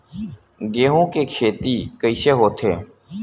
गेहूं के खेती कइसे होथे?